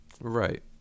right